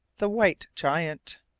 the white giant.